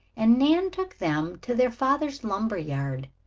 and nan took them to their father's lumber yard.